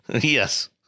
yes